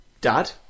dad